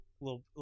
little